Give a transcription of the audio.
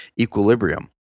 equilibrium